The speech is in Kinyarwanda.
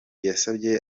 yasabye